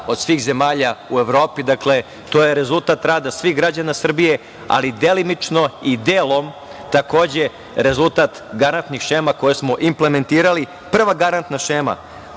od svih zemalja u Evropi. To je rezultat rada svih građana Srbije, ali delimično i delom takođe rezultat garantnih šema koje smo implementirali. Prva garantna šema,